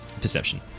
Perception